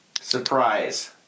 surprise